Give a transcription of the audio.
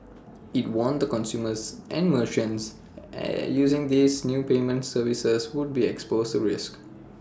IT warned the consumers and merchants are using these new payment services would be exposed to risks